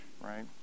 Right